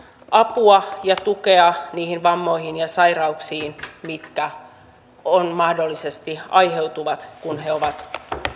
apua ja tukea niihin vammoihin ja sairauksiin mitkä mahdollisesti aiheutuvat kun he ovat